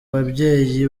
babyeyi